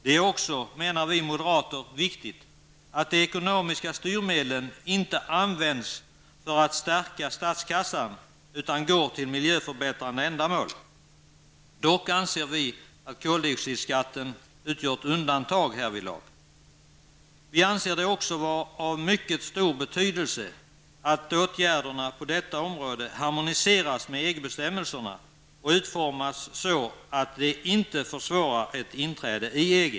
Det är också viktigt att de ekonomiska styrmedlen inte används för att stärka statskassan utan att de går till miljöförbättrande ändamål. Vi anser dock att koldioxidskatten utgör ett undantag härvidlag. Vi anser det också vara av mycket stor betydelse att åtgärderna på detta område harmoniseras med EG bestämmelserna och utformas så, att de inte försvårar ett inträde i EG.